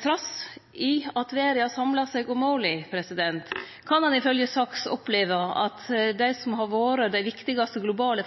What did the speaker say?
Trass i at verda har samla seg om måla, kan ein ifølgje Sachs oppleve at dei som har vore dei viktigaste globale